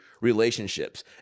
relationships